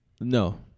No